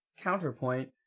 counterpoint